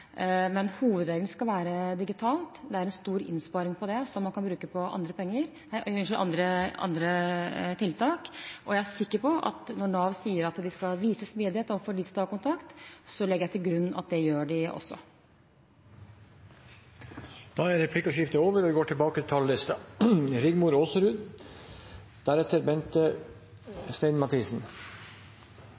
Men hovedregelen skal være digital, det er en stor innsparing og er penger man kan bruke på andre tiltak. Jeg er sikker på og legger til grunn at når Nav sier de skal vise smidighet overfor dem som tar kontakt, gjør de også det. Replikkordskiftet er omme. Jeg må nesten legge bort innlegget mitt, for når statsråden svarer så ullent som hun gjør her, må vi